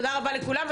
תודה רבה לכולם.